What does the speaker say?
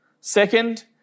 Second